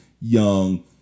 young